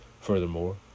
Furthermore